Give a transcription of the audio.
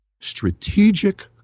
strategic